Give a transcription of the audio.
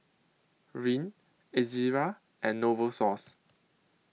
Rene Ezerra and Novosource